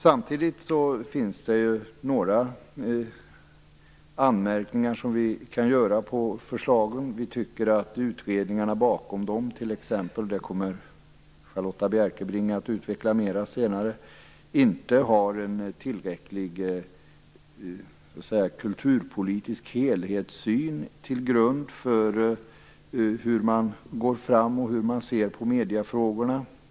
Samtidigt har vi några anmärkningar på förslagen. Vi tycker t.ex. inte, och det kommer Charlotta Bjälkebring att utveckla senare, att de utredningar som ligger bakom förslagen har tillräcklig kulturpolitisk helhetssyn som grund för hur man skall gå fram och för hur man ser på mediefrågorna.